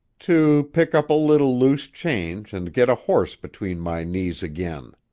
to pick up a little loose change and get a horse between my knees again.